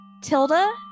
Tilda